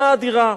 השקעה אדירה.